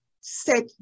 set